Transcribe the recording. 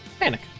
Panic